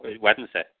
Wednesday